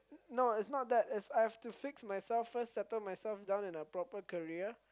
no it's not that is I have to fix myself first settle myself down in a proper career